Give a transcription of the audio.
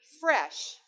fresh